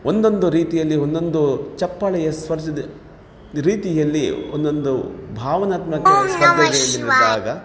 ಒಂದೊಂದು ರೀತಿಯಲ್ಲಿ ಒಂದೊಂದು ಚಪ್ಪಾಳೆಯ ಸ್ಪರ್ಶದ ರೀತಿಯಲ್ಲಿ ಒಂದೊಂದು ಭಾವನಾತ್ಮಕ ಸ್ಪರ್ಧೆಯಲ್ಲಿದ್ದಾಗ